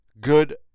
good